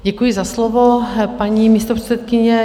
Děkuji za slovo, paní místopředsedkyně.